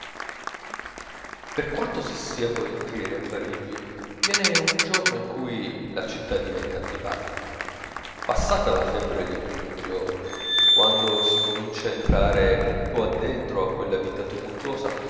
per quanto si stia volentieri a parigi viene un giorno in cui la città diventa antipatica passata la febbre dei primi giorni quando si comincia a entrare un po addentro a quella vita tumultuosa